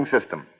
System